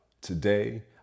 today